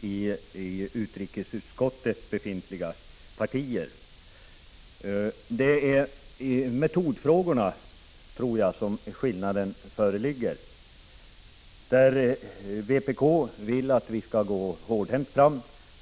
i utrikesutskottet befintliga partier. Det är i metodfrågorna, tror jag, som skillnaden föreligger. Vpk vill att vi skall gå hårdhänt fram.